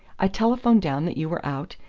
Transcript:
i telephoned down that you were out,